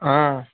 ఆ